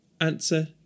Answer